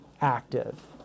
active